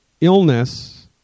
illness